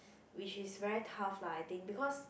which is very tough lah I think because